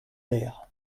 der